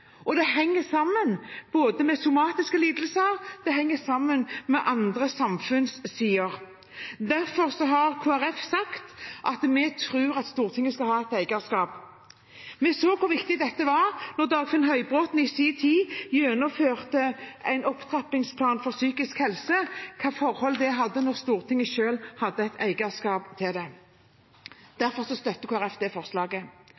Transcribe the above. henger sammen med både somatiske lidelser og andre sider ved samfunnet. Derfor har Kristelig Folkeparti sagt at vi tror Stortinget skal ha et eierskap. Vi så hvor viktig dette var da Dagfinn Høybråten i sin tid gjennomførte en opptrappingsplan for psykisk helse, og hva det hadde å si at Stortinget selv hadde et eierskap til det. Derfor støtter Kristelig Folkeparti forslag om det.